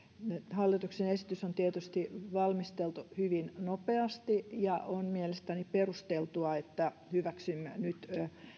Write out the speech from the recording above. hallituksen esitys on tietysti valmisteltu hyvin nopeasti ja on mielestäni perusteltua että hyväksymme nyt